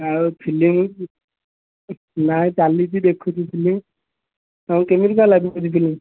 ଆଉ ଫିଲ୍ମ ନାଇ ଚାଲିଛି ଦେଖୁଛି ଫିଲ୍ମ ଆଉ କେମିତିକା